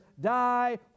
die